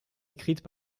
écrites